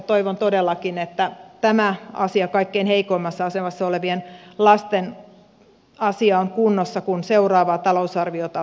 toivon todellakin että tämä asia kaikkein heikoimmassa asemassa olevien lasten asia on kunnossa kun seuraavaa talousarviota käsitellään